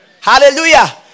Hallelujah